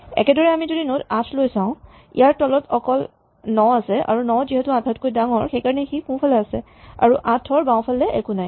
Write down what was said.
একেদৰেই আমি যদি নড ৮ লৈ চাওঁ ইয়াৰ তলত অকল ৯ আছে ৯ যিহেতু ৮ তকৈ ডাঙৰ সেইকাৰণে সি সোঁফালে আছে আৰু ৮ ৰ বাওঁফালে একো নাই